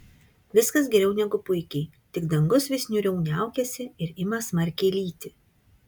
viskas geriau negu puikiai tik dangus vis niūriau niaukiasi ir ima smarkiai lyti